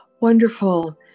wonderful